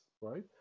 right